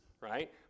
right